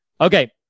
okay